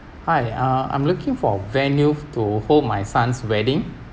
hi uh I'm looking for a venue to hold my son's wedding